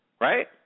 right